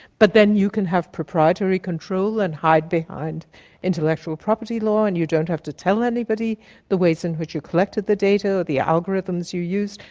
but then you can have proprietary control and hide behind intellectual property law and you don't have to tell anybody the ways in which you collected the data or the algorithms you use,